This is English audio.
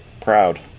proud